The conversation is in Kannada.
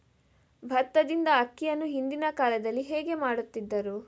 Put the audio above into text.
ಭತ್ತದಿಂದ ಅಕ್ಕಿಯನ್ನು ಹಿಂದಿನ ಕಾಲದಲ್ಲಿ ಹೇಗೆ ಮಾಡುತಿದ್ದರು?